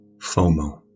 FOMO